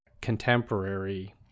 contemporary